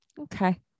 okay